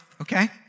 Okay